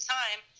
time